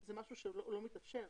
זה משהו שלא מתאפשר.